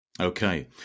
Okay